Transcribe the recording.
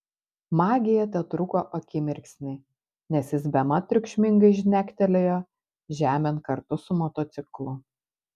magija tetruko akimirksnį nes jis bemat triukšmingai žnektelėjo žemėn kartu su motociklu